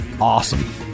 Awesome